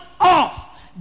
off